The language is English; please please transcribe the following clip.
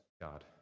God